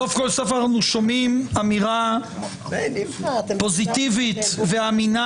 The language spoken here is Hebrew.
סוף כל סוף אנחנו שומעים אמירה פוזיטיבית ואמינה